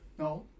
No